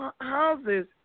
houses